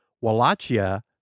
Wallachia